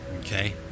okay